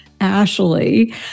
Ashley